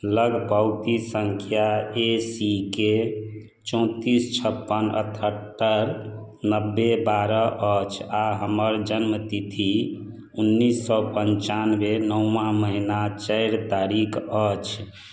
लग पावती सङ्ख्या ए सी के चौतीस छप्पन अट्ठहत्तर नबे बारह अछि आ हमर जन्म तिथि उन्नैस सए पंचानबे नओबा महिना चारि तारीख अछि